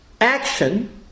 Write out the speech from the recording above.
action